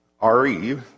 R-E